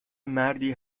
مردی